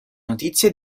notizie